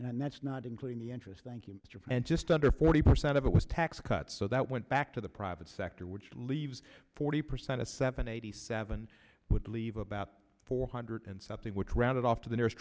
and that's not including the interest thank you japan just under forty percent of it was tax cuts so that went back to the private sector which leaves forty percent to seventy eighty seven would leave about four hundred and something would round it off to the nearest